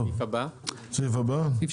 תוקף